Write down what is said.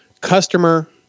customer